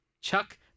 Chuck